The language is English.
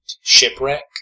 shipwreck